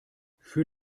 für